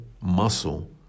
muscle